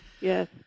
Yes